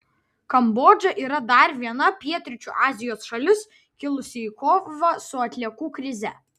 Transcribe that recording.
kambodža yra dar viena pietryčių azijos šalis kilusi į kovą su atliekų krize